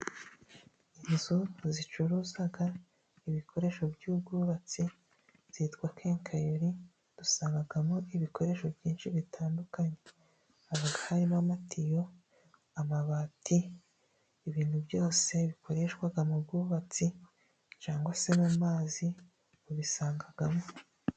Inzu zicuruza ibikoresho by'ubwubatsi zitwa kekayori, dusangamo ibikoresho byinshi bitandukanye, haba harimo amatiyo, amabati, ibintu byose bikoreshwa mu bw'ubatsi cyangwa se mu mazi ubisangamo.